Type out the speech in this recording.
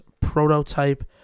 prototype